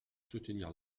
soutenir